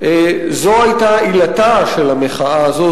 זו היתה עילתה של המחאה הזאת.